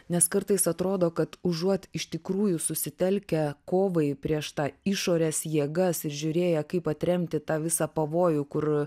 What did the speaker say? nes kartais atrodo kad užuot iš tikrųjų susitelkę kovai prieš tą išorės jėgas ir žiūrėję kaip atremti tą visą pavojų kur